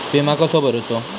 विमा कसो भरूचो?